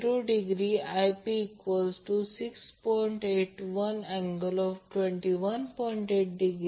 पण जेव्हा P jQ 30 j 20 या फॉर्ममध्ये लिहाल तेव्हा ते व्होल्ट अँपिअर असेल म्हणूनच हे एकत्र आहेत